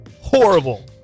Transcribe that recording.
Horrible